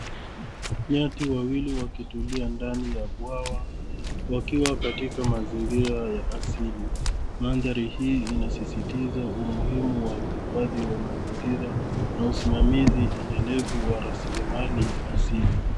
Nyati wawili wakitulia ndani ya bwawa wakiwa katika mazingira ya asili. Mandhari hii inasisistiza umuhimu wa uhifadhi wa mazingira na usimamizi endelevu wa rasilimali asili.